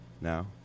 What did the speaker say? now